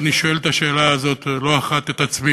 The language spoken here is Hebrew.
ואני שואל את השאלה הזאת לא אחת את עצמי: